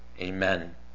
Amen